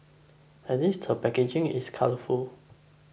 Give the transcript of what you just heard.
at least the packaging is colourful